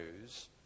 news